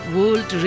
World